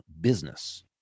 business